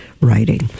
writing